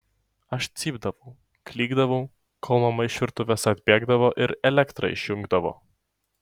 aš cypdavau klykdavau kol mama iš virtuvės atbėgdavo ir elektrą išjungdavo